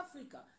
Africa